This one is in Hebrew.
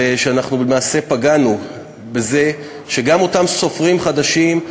ושאנחנו למעשה פגענו בזה שגם אותם סופרים חדשים,